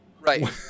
Right